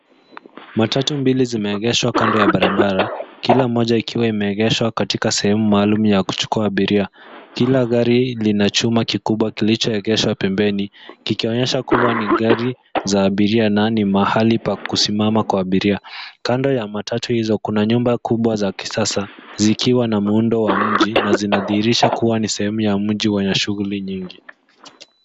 Matatu mbili zimeegeshwa kando ya barabara. Kila moja ikiwa imeegeshwa katika sehemu maalumu ya kuchukua abiria. Kila gari linachuma kikubwa kilichoegeshwa pembeni, kikionyesha kuwa ni gari za abiria na ni mahali pa kusimama kwa abiria. Kando ya matatu hizo, kuna nyumba kubwa za kisasa, zikiwa na muundo wa mji, na zinadhihirisha kuwa ni sehemu ya mji wenye shughuli nyingi.